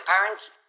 parents